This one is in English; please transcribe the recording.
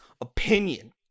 opinion